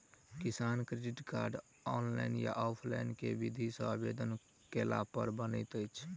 किसान credit card, online या offline केँ विधि सँ आवेदन कैला पर बनैत अछि?